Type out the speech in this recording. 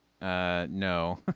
no